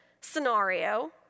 scenario